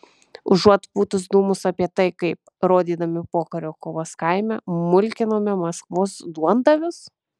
užuot pūtus dūmus apie tai kaip rodydami pokario kovas kaime mulkinome maskvos duondavius